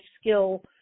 skill